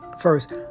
first